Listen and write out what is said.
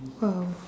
!wow!